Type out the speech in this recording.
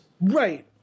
Right